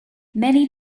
many